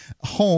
home